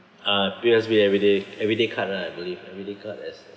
uh P_O_S_B everyday everyday card right I believe everyday card has